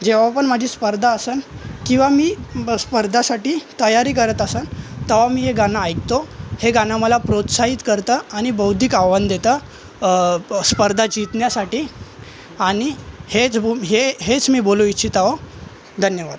जेव्हा पण माझी स्पर्धा असंन किंवा मी स्पर्धासाठी तयारी करत असंन तवा मी हे गाणं ऐकतो हे गाणं मला प्रोत्साहित करतं आणि बौद्धिक आव्हान देतं स्पर्धा जितण्यासाठी आणि हेच बूम हे हेच मी बोलू इच्छित आओ धन्यवाद